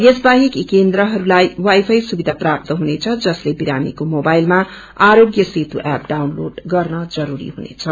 यसबाहेक यी केन्द्रहरूलाई वाई फाई सुविधा प्राप्त हुनेछ जसले बिरामीको मोबाइलमा आरोग्य सेतु ऐप डाउनलोड गर्न जरूरी छ